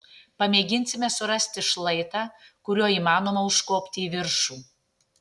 pamėginsime surasti šlaitą kuriuo įmanoma užkopti į viršų